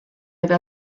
eta